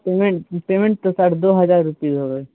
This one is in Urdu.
پیمنٹ پیمنٹ تو ساڑھے دو ہزار روپیے ہوگئے